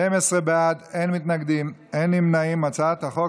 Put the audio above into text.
הודעת הממשלה על רצונה להחיל דין רציפות על הצעת חוק